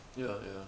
ya ya